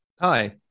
hi